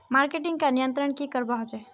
Marketing का नियंत्रण की करवा होचे?